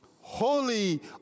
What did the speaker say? Holy